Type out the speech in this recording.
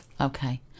Okay